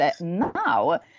now